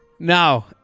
No